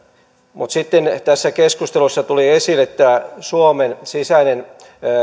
mutta sitten tässä keskustelussa tuli esille tämä suomen sisäinen